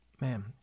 Man